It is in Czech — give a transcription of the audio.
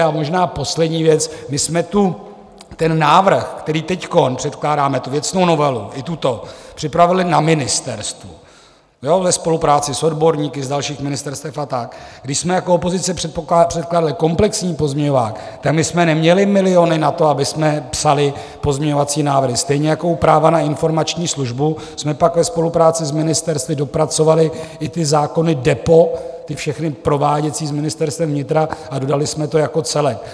A možná poslední věc: když jsme tu ten návrh, který teď předkládáme, tu věcnou novelu, i tuto, připravili na ministerstvu, ano, ve spolupráci s odborníky z dalších ministerstev, a tak když jsme jako opozice předkládali komplexní pozměňovák, my jsme neměli miliony na to, abychom psali pozměňovací návrh, stejně jako u práva na informační službu jsme pak ve spolupráci s ministerstvy dopracovali i zákony DEPO, ty všechny prováděcí, s Ministerstvem vnitra a dodali jsme to jako celek.